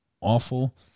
awful